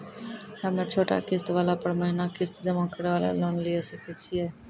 हम्मय छोटा किस्त वाला पर महीना किस्त जमा करे वाला लोन लिये सकय छियै?